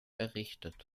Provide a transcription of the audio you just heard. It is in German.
errichtet